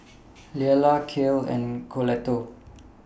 Leala Cale and Colette